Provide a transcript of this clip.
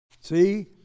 See